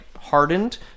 hardened